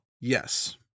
Yes